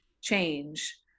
change